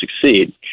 succeed